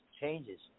changes